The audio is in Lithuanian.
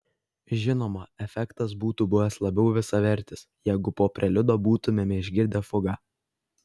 žinoma efektas būtų buvęs labiau visavertis jeigu po preliudo būtumėme išgirdę fugą